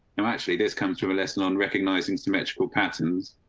um actually this comes from a lesson on recognizing symmetrical patterns.